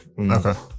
Okay